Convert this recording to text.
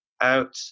out